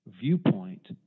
viewpoint